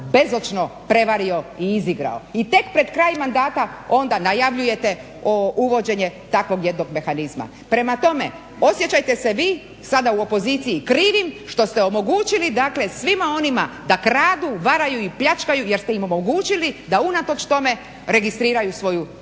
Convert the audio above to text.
bezočno prevario i izigrao. I tek pred kraj mandata onda najavljujete uvođenje takvog jednog mehanizma. Prema tome, osjećajte se vi sada u opoziciji krivim što ste omogućili, dakle svima onima da kradu, varaju i pljačkaju jer ste im omogućili da unatoč tome registriraju svoju tvrtku.